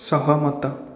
ସହମତ